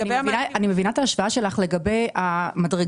אני מבינה את ההשוואה שלך לגבי המדרגות,